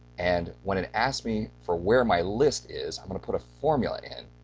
and when it asks me for where my list is, i'm going to put a formula in,